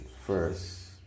first